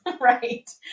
Right